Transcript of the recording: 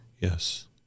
yes